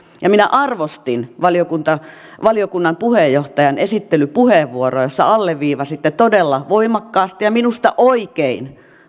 minä arvostin valiokunnan puheenjohtajan esittelypuheenvuoroa jossa alleviivasitte todella voimakkaasti ja minusta oikein